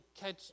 catch